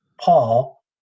Paul